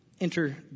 Enter